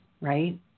right